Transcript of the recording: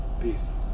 Peace